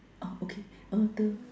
oh okay uh the